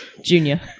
Junior